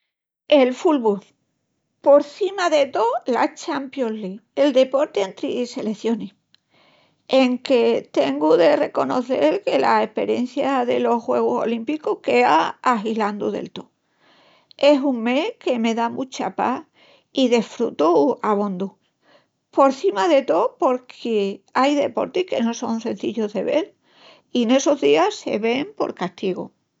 El fubu, por cima de tó, la champions league i el deporti entri selecionis. Enque tengu de reconecel que la esperencia delos juegus olímpicus quea ahilau del tó, es un mes que me da mucha pás i desfrutu abondu, por cima de tó porque ai deportis que no son cenzillus de vel i en essus días se ven por castigu.